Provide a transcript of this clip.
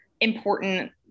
important